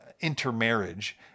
intermarriage